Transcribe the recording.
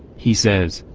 he says,